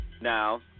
now